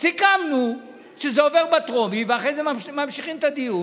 סיכמנו שזה עובר בטרומית ואחרי זה ממשיכים את הדיון,